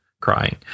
crying